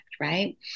Right